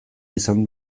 izan